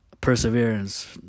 perseverance